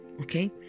okay